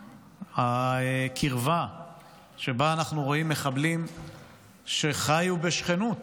הקרבה שבה אנחנו רואים מחבלים שחיו בשכנות